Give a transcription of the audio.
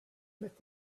met